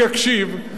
אני אקשיב,